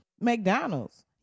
McDonald's